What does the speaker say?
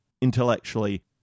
intellectually